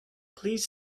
please